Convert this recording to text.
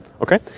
Okay